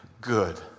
good